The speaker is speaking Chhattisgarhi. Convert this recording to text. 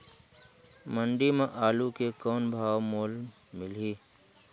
मंडी म आलू के कौन भाव मोल मिलही?